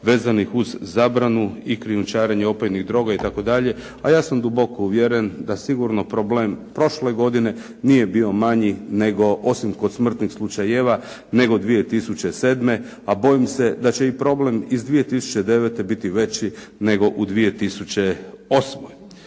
vezanih uz zabranu i krijumčarenje opojnih droga itd., a ja sam duboko uvjeren da sigurno problem prošle godine nije bio manji nego osim kod smrtnih slučajeva, nego 2007., a bojim se da će i problem iz 2009. biti veći, nego u 2008.